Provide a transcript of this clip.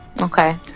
Okay